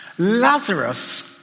Lazarus